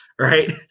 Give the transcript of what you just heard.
Right